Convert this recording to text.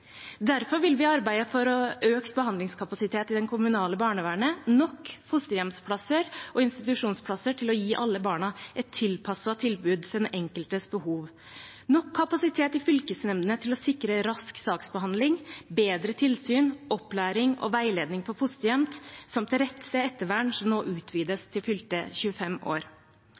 Derfor vil vi arbeide for økt saksbehandlingskapasitet i det kommunale barnevernet, nok fosterhjemsplasser og institusjonsplasser til å gi alle barna et tilbud tilpasset den enkeltes behov, nok kapasitet i fylkesnemndene til å sikre rask saksbehandling, bedre tilsyn, opplæring og veiledning for fosterhjem samt rett til ettervern, som nå utvides til fylte 25 år.